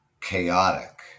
chaotic